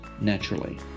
naturally